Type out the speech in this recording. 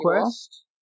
Quest